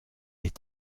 est